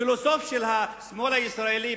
פילוסוף של השמאל הישראלי,